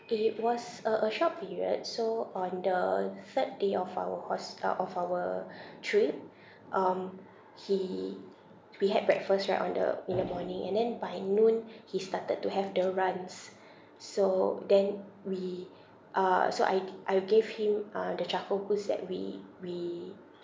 i~ it was a a short period so on the third day of our hos~ uh of our trip um he we had breakfast right on the in the morning and then by noon he started to have the runs so then we uh so I I gave him uh the charcoal pills that we we